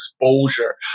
exposure